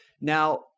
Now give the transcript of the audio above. Now